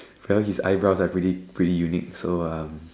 well his eyebrows are pretty pretty unique so uM